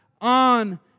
on